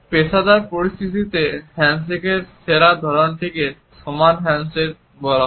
পেশাদার পরিস্থিতিতে হ্যান্ডশেকের সেরা ধরণটিকে সমান হ্যান্ডশেক বলা হয়